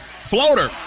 Floater